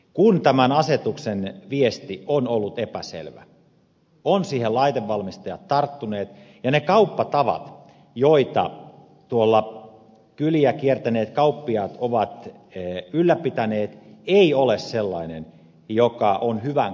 kun tämän asetuksen viesti on ollut epäselvä ovat siihen laitevalmistajat tarttuneet ja ne kauppatavat joita kyliä kiertäneet kauppiaat ovat ylläpitäneet eivät ole sellaisia jotka ovat hyvän kauppatavan mukaisia